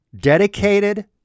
dedicated